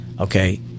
Okay